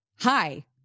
hi